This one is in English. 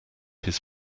his